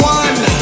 one